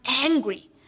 angry